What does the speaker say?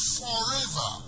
forever